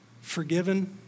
Forgiven